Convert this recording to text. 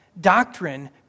doctrine